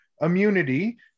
immunity